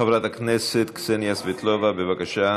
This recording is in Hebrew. חברת הכנסת קסניה סבטלובה, בבקשה.